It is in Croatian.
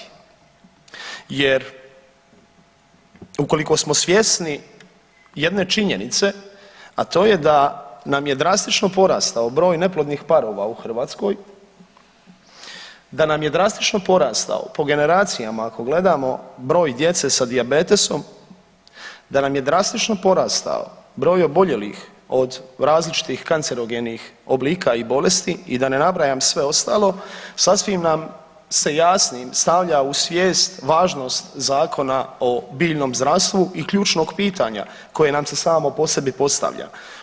Jer ukoliko smo svjesni jedne činjenice, a to je da nam je drastično porastao broj neplodnih parova u Hrvatskoj, da nam je drastično porastao po generacijama ako gledamo broj djece sa dijabetesom, da nam je drastično porastao broj oboljelih od različitih kancerogenih oblika i bolesti i da ne nabrajam sve ostalo sasvim nam se jasnim stavlja u svijest važnost Zakona o biljnom zdravstvu i ključnog pitanja koje nam se samo po sebi postavlja.